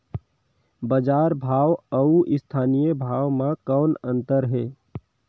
बजार भाव अउ स्थानीय भाव म कौन अन्तर हे?